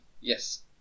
yes